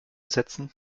setzen